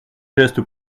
geste